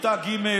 שבכיתה ג'